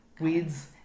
weeds